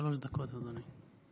שלוש דקות, אדוני.